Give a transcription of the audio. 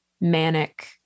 manic